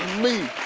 me.